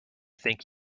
think